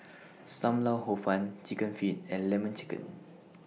SAM Lau Hor Fun Chicken Feet and Lemon Chicken